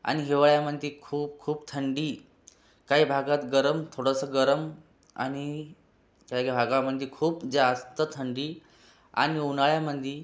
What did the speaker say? आणि हिवाळ्यामधे खूप खूप थंडी काही भागात गरम थोडंसं गरम आणि काही घागामधे खूप जास्त थंडी आणि उन्हाळ्यामधे